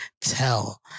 tell